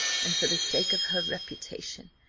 and for the sake of her reputation,